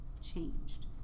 changed